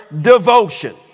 devotion